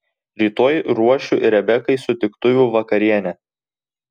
rytoj ruošiu rebekai sutiktuvių vakarienę